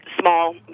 small